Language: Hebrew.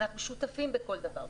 אנחנו שותפים בכל דבר,